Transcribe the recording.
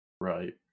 Right